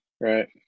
right